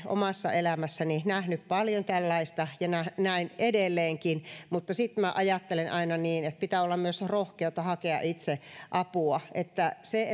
omassa elämässäni nähnyt paljon tällaista ja näen edelleenkin mutta ajattelen aina että pitää olla myös rohkeutta hakea itse apua se